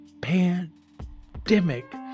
pandemic